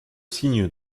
signe